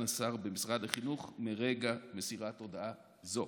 השר במשרד החינוך מרגע מסירת הודעה זו.